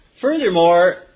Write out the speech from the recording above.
Furthermore